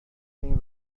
این